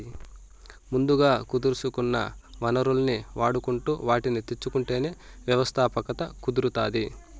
ముందుగా కుదుర్సుకున్న వనరుల్ని వాడుకుంటు వాటిని తెచ్చుకుంటేనే వ్యవస్థాపకత కుదురుతాది